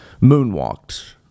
moonwalked